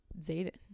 Zayden